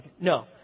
No